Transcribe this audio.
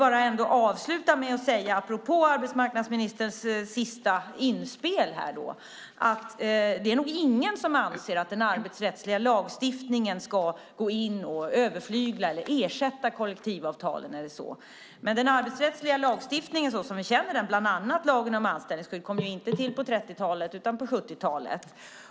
Jag vill avsluta med att säga, apropå arbetsmarknadsministerns sista inspel här, att det nog inte är någon som anser att den arbetsrättsliga lagstiftningen ska gå in och överflygla eller ersätta kollektivavtalen. Men den arbetsrättsliga lagstiftningen såsom vi känner den, bland annat lagen om anställningsskydd, kom inte på 30-talet utan på 70-talet.